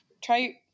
try